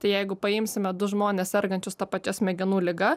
tai jeigu paimsime du žmones sergančius ta pačia smegenų liga